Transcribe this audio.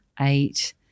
eight